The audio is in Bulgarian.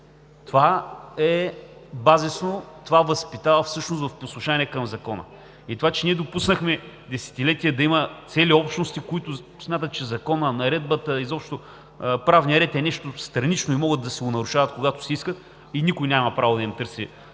Това е базисно, това възпитава всъщност в послушание към закона. Това, че ние допуснахме десетилетия да има цели общности, които смятат, че законът, наредбата, изобщо правният ред е нещо странично и могат да си го нарушават когато си искат, и никой няма право да им търси